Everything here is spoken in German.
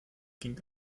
ging